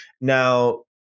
Now